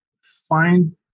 find